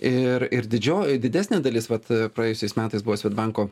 ir ir didžio didesnė dalis vat praėjusiais metais buvo swedbanko